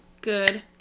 Good